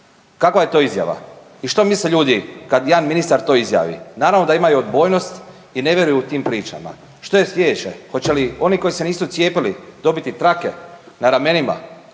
Kakva je to izjava? I što misle ljudi kad jedan ministar to izjavi. Naravno da imaju odbojnost i ne vjeruju tim pričama. Što je sljedeće? Hoće li oni koji se nisu cijepili dobiti trake na ramenima